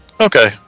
okay